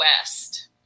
West